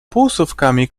półsłówkami